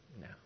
No